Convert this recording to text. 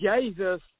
Jesus